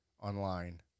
online